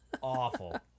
awful